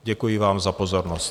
Děkuji vám za pozornost.